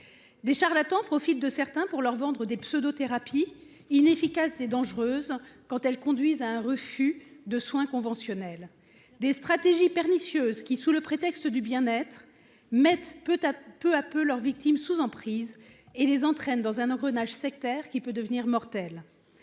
Des charlatans profitent de certains pour leur vendre des pseudo-thérapies inefficace et dangereuse quand elle conduise à un refus de soins conventionnels des stratégies pernicieuse qui sous le prétexte du bien-être. Peut à peu à peu leurs victimes sous emprise et les entraîne dans un engrenage sectaire qui peut devenir mortelle.